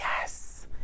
yes